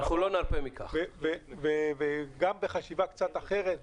גם בחשיבה קצת אחרת,